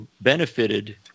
benefited –